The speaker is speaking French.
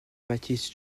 baptiste